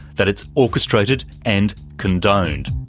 that it's orchestrated and condoned.